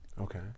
Okay